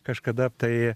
kažkada tai